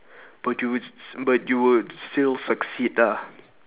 but you would s~ but you would still succeed ah